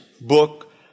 book